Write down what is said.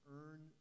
earn